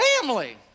family